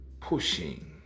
pushing